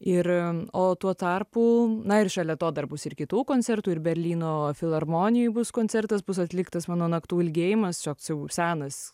ir o tuo tarpu na ir šalia to dar bus ir kitų koncertų ir berlyno filharmonijoj bus koncertas bus atliktas mano naktų ilgėjimas toks jau senas